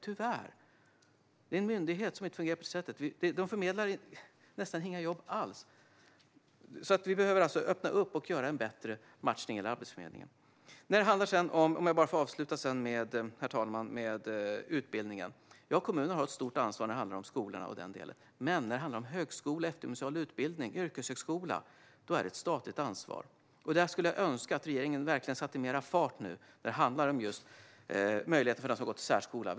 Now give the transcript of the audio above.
Arbetsförmedlingen förmedlar nästan inga jobb alls. Vi behöver öppna för bättre matchning och arbetsförmedling. Herr talman! När det gäller utbildning: Ja, kommunerna har ett stort ansvar för skolorna. Men eftergymnasial utbildning på högskola eller yrkeshögskola är ett statligt ansvar. Jag skulle önska att regeringen nu verkligen satte mer fart när det handlar om möjligheterna för dem som har gått i särskola.